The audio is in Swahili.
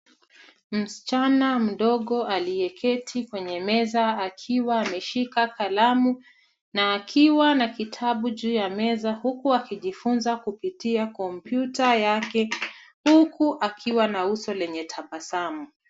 Msichana mdogo aliyeketi kwenye meza akiwa ameshika kalamu, na akiwa na kitabu juu ya meza, huku akijifunza kupitia kompyuta yake, huku akiwa na uso lenye tabasamu.